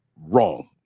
wrong